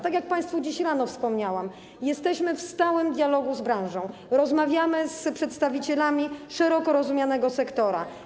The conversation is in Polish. Tak jak państwu dziś rano wspomniałam, jesteśmy w stałym dialogu z branżą, rozmawiamy z przedstawicielami szeroko rozumianego sektora.